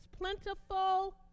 plentiful